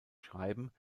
schreiben